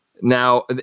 Now